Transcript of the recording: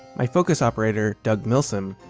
my focus operator, doug milsome,